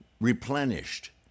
replenished